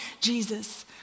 Jesus